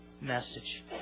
message